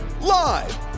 Live